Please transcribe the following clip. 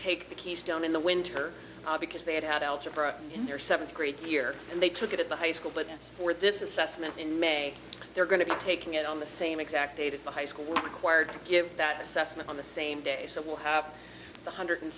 take the keystone in the winter because they had had algebra in their seventh grade year and they took it at the high school but for this assessment in may they're going to be taking it on the same exact date as the high school required to give that assessment on the same day so we'll have one hundred